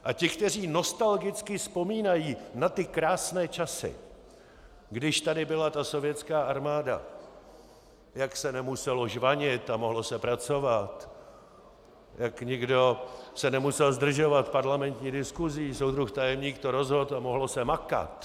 A ti, kteří nostalgicky vzpomínají na ty krásné časy, když tady byla sovětská armáda, jak se nemuselo žvanit a mohlo se pracovat, jak nikdo se nemusel zdržovat parlamentní diskusí, soudruh tajemník to rozhodl a mohlo se makat.